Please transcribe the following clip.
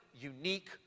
unique